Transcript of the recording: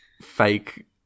fake